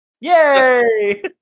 Yay